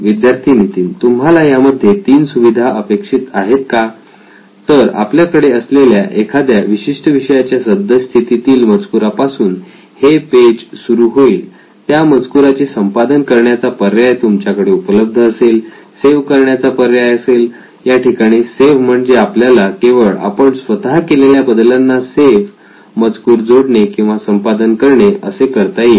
विद्यार्थी नितीन तुम्हाला यामध्ये तीन सुविधा अपेक्षित आहेत का तर आपल्याकडे असलेल्या एखाद्या विशिष्ट विषयाच्या सद्यस्थितीतील मजकुरापासून हे पेज सुरू होईल त्या मजकुराचे संपादन करण्याचा पर्याय तुमच्याकडे उपलब्ध असेल सेव्ह करण्याचा पर्याय असेल या ठिकाणी सेव्ह म्हणजे आपल्याला केवळ आपण स्वतः केलेल्या बदलांना सेव्ह मजकुर जोडणे किंवा संपादन करणे असे करता येईल